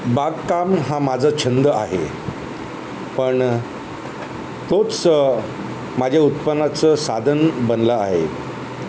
बागकाम हा माझा छंद आहे पण तोच माझ्या उत्पनाचं साधन बनलं आहे